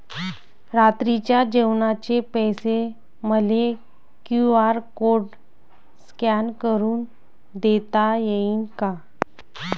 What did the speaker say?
रात्रीच्या जेवणाचे पैसे मले क्यू.आर कोड स्कॅन करून देता येईन का?